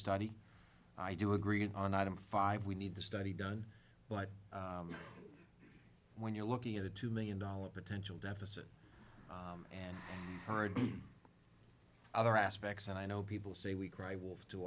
study i do agree on item five we need the study done but when you're looking at a two million dollars potential deficit and hired other aspects and i know people say we cry wolf too